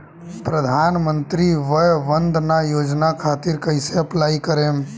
प्रधानमंत्री वय वन्द ना योजना खातिर कइसे अप्लाई करेम?